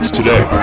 today